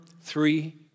three